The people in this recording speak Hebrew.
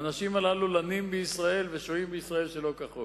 האנשים הללו לנים בישראל ושוהים בישראל שלא כחוק.